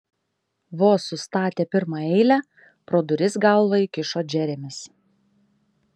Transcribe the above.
vos sustatė pirmą eilę pro duris galvą įkišo džeremis